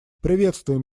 приветствуем